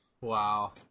Wow